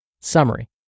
Summary